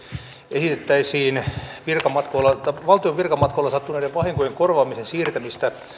esitettäisiin valtion virkamatkoilla sattuneiden vahinkojen korvaamisen siirtämistä